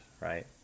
right